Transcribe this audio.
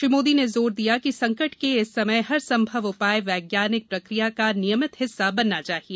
श्री मोदी ने जोर दिया कि संकट के इस समय हर संभव उपाय वैज्ञानिक प्रक्रिया का नियमित हिस्सा बनना चाहिए